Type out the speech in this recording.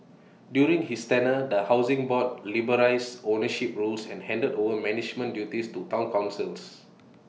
during his tenure the Housing Board liberalised ownership rules and handed over management duties to Town councils